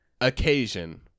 Occasion